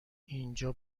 اینجا